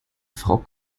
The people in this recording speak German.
frau